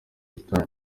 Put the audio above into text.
utaha